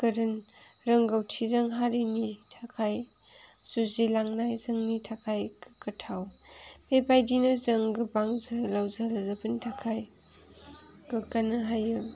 गोरों रोंगौथिजों हारिनि थाखाय जुजिलांनाय जोंनि थाखाय गोग्गाथाव बेबायदिनो जों गोबां जोहोलाव जोहोलावजोफोरनि थाखाय गोग्गानो हायो